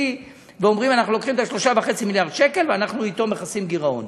ואומרים: אנחנו לוקחים את ה-3.5 מיליארד שקל ואנחנו אתם מכסים גירעון,